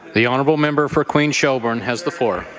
the honourable member for queens-shelburne has the floor.